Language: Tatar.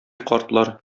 картлар